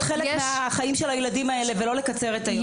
חלק מהחיים של הילדים האלה ולא לקצר את היום.